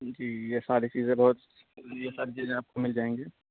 جی یہ ساری چیزیں بہت یہ ساری چیزیں آپ کو مل جائیں گی